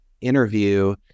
interview